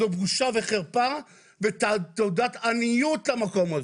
זו בושה וחרפה ותעודת עניות למקום הזה.